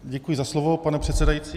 Děkuji za slovo, pane předsedající.